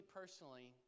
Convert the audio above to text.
personally